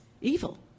evil